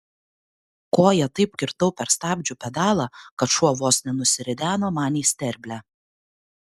koja taip kirtau per stabdžių pedalą kad šuo vos nenusirideno man į sterblę